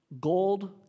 gold